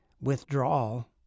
withdrawal